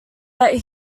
that